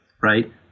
right